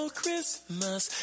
Christmas